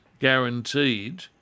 guaranteed